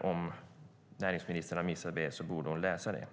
Om näringsministern har missat det borde hon läsa det.